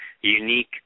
unique